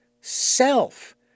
self